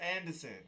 Anderson